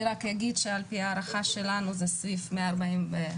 אני רק אגיד שעל-פי ההערכה שלנו זה סביב 145,000